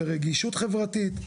ברגישות חברתית,